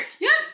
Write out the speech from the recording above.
Yes